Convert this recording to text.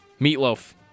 Meatloaf